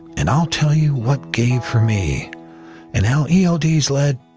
and i'll tell you what gave for me and how eld has led,